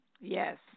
Yes